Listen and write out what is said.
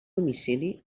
domicili